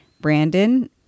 Brandon